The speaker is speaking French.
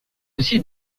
aussi